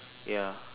ya